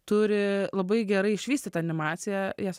turi labai gerai išvystytą animaciją jas